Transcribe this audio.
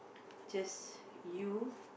just you